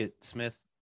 smith